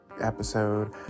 episode